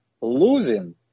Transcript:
losing